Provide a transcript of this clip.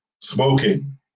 smoking